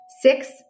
Six